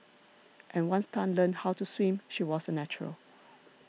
and once Tan learnt how to swim she was a natural